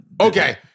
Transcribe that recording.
Okay